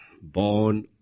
born